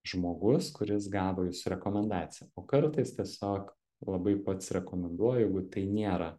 žmogus kuris gavo jūsų rekomendaciją o kartais tiesiog labai pats rekomenduoju jeigu tai nėra